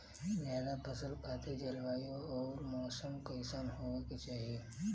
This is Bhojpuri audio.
जायद फसल खातिर जलवायु अउर मौसम कइसन होवे के चाही?